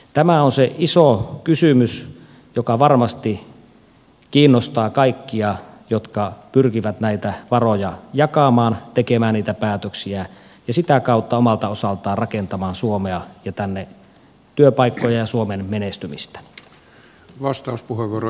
tämä on se iso kysymys joka varmasti kiinnostaa kaikkia jotka pyrkivät näitä varoja jakamaan tekemään niitä päätöksiä ja sitä kautta omalta osaltaan rakentamaan suomea ja tänne työpaikkoja ja suomen menestymistä